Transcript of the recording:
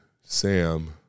Sam